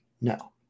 no